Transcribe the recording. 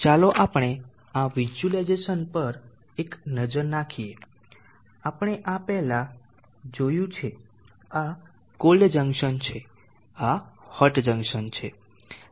ચાલો આપણે આ વિઝ્યુલાઇઝેશન પર એક નજર નાખીએ આપણે આ પહેલા જોયું છે આ કોલ્ડ જંકશન છે આ હોટ જંકશન છે